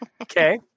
okay